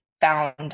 found